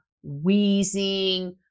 wheezing